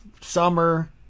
summer